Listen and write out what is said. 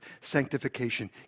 sanctification